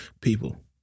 people